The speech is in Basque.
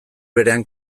berean